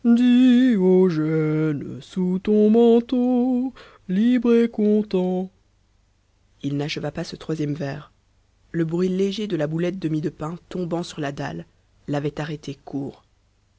il n'acheva pas ce troisième vers le bruit léger de la boulette de mie de pain tombant sur la dalle l'avait arrêté court